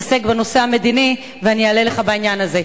אני אתעסק בנושא המדיני ואענה לך בעניין הזה.